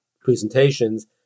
presentations